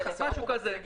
משהו כזה.